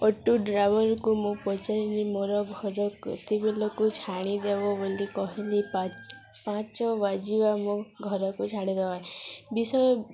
auto ଡ୍ରାଇଭରକୁ ମୁଁ ପଚାରିଲି ମୋର ଘର କେତେବେଳକୁ ଛାଡ଼ିଦେବ ବୋଲି କହିଲି ପା ପାଞ୍ଚ ବାଜିବା ମୋ ଘରକୁ ଛାଡ଼ିଦବା ବିଷୟ